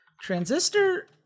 transistor